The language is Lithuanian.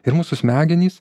ir mūsų smegenys